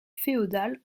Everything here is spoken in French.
féodal